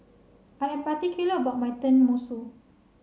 I am particular about my Tenmusu